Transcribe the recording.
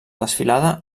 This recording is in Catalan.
desfilada